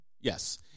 Yes